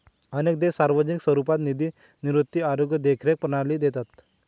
अनेक देश सार्वजनिक स्वरूपात निधी निवृत्ती, आरोग्य देखरेख प्रणाली देतात